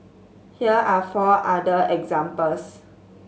here are four other examples